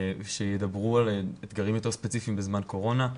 שידברו על אתגרים יותר ספציפיים בזמן קורונה,